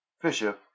fisher